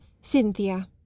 Cynthia